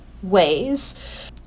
ways